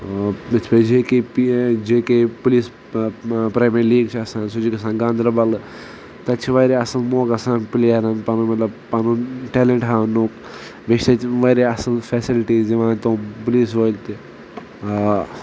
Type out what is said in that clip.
یِتھ پٲٹھۍ J K P J K police private league چھ آسان سُہ چہ گژھان گاندربلِ تتہِ چھُ واریاہ اصل موقع آسان پلیرن پنُن مطلب پنُن ٹیلنٹ ہاونُک بییہ چھ تتہ واریاہ اصل فیسلٹی دِوان تِم پُلیس وٲلۍ تہِ